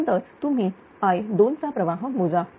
तर नंतर तुम्ही i2चा प्रवाह मोजा